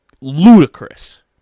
ludicrous